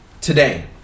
today